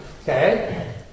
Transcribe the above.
okay